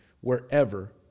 wherever